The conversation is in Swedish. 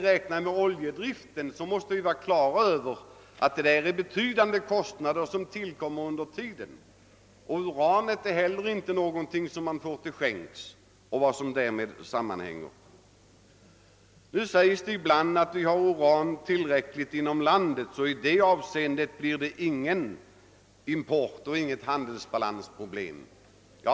Vad oljedriften angår skall vi då veta att det tillkommer betydande kostnader under drifttiden, och inte heller uranet och vad därmed sammanhänger får man till skänks. Det brukar ibland sägas att vi har tillräckligt stora urantillgångar inom landet, och därför blir det aldrig fråga om någon import eller om några handelsbalansproblem.